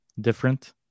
different